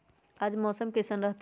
आज मौसम किसान रहतै?